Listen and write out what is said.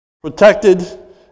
protected